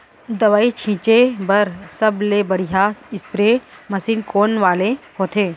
दवई छिंचे बर सबले बढ़िया स्प्रे मशीन कोन वाले होथे?